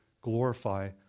glorify